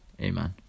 amen